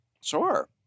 Sure